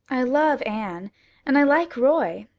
i love anne and i like roy.